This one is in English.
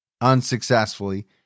unsuccessfully